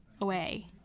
away